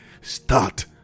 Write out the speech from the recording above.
start